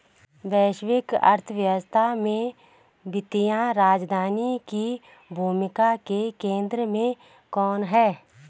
वैश्विक अर्थव्यवस्था में वित्तीय राजधानी की भूमिका के केंद्र में कौन है?